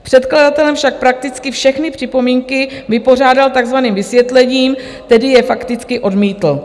Předkladatel však prakticky všechny připomínky vypořádal takzvaným vysvětlením, tedy je fakticky odmítl.